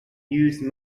used